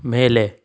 ಮೇಲೆ